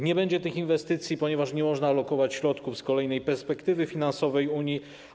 Nie będzie tych inwestycji, ponieważ nie można lokować środków z kolejnej perspektywy finansowej Unii.